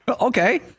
okay